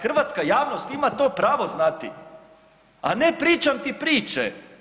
Hrvatska javnost ima to pravo znati, a ne pričam ti priče.